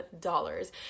dollars